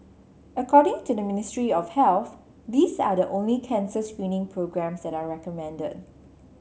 according to the Ministry of Health these are the only cancer screening programmes that are recommended